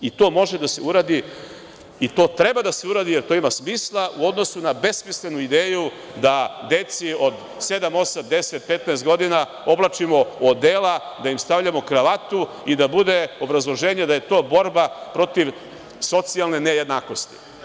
I to može da se uradi i to treba da se uradi, jer to ima smisla, u odnosu na besmislenu ideju da deci od 7, 8, 10,15 godina oblačimo odela, da im stavljamo kravatu i da bude obrazloženje da je to borba protiv socijalne nejednakosti.